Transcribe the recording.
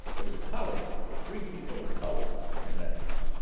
there was a colony of free people of color in natchez.